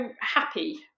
happy